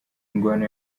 ingwano